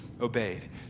Obeyed